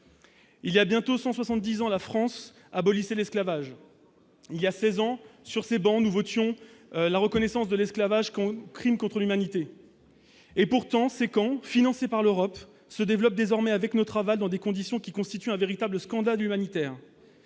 cent soixante-dix ans, la France abolissait l'esclavage. Voilà seize ans, sur ces travées, nous adoptions la reconnaissance de l'esclavage comme crime contre l'humanité. Pourtant, ces camps, financés par l'Europe, se développent désormais, avec notre aval, dans des conditions qui constituent un véritable scandale humanitaire.